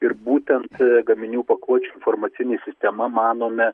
ir būtent gaminių pakuočių informacinė sistema manome